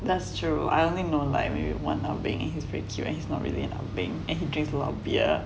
that's true I only know like one ah beng and he's very cute and is not really an ah beng and he drinks a lot of beer